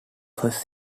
first